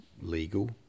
legal